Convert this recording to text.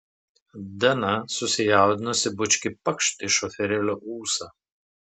dana susijaudinusi bučkį pakšt į šoferėlio ūsą